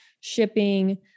shipping